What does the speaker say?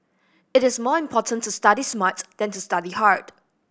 it is more important to study smart than to study hard